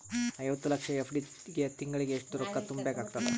ಐವತ್ತು ಲಕ್ಷ ಎಫ್.ಡಿ ಗೆ ತಿಂಗಳಿಗೆ ಎಷ್ಟು ರೊಕ್ಕ ತುಂಬಾ ಬೇಕಾಗತದ?